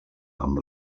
amb